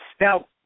Now